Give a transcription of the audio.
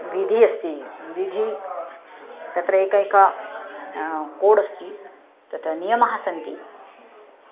विधिः अस्ति विधिः तत्र एकः एकः कोड् अस्ति तत् नियमाः सन्ति